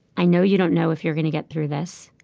i know you don't know if you're going to get through this,